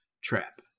Trap